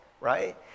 right